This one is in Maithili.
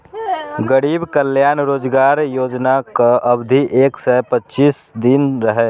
गरीब कल्याण रोजगार योजनाक अवधि एक सय पच्चीस दिन रहै